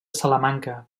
salamanca